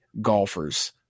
golfers